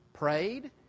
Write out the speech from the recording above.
prayed